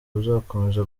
buzakomeza